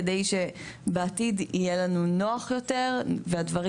כדי שבעתיד יהיה לנו נוח יותר והדברים